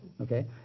okay